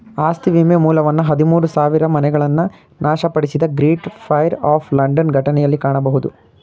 ಆಸ್ತಿ ವಿಮೆ ಮೂಲವನ್ನ ಹದಿಮೂರು ಸಾವಿರಮನೆಗಳನ್ನ ನಾಶಪಡಿಸಿದ ಗ್ರೇಟ್ ಫೈರ್ ಆಫ್ ಲಂಡನ್ ಘಟನೆಯಲ್ಲಿ ಕಾಣಬಹುದು